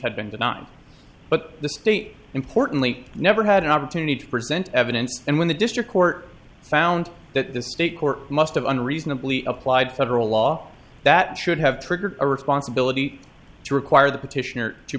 had been denied but the state importantly never had an opportunity to present evidence and when the district court found that the state court must have unreasonably applied federal law that should have triggered a responsibility to require the petitioner to